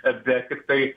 bet tiktai